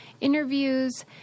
interviews